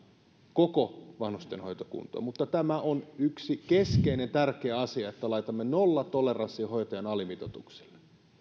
koko vanhustenhoito kuntoon mutta tämä on yksi keskeisen tärkeä asia että laitamme nollatoleranssin hoitajien alimitoitukselle